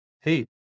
Hey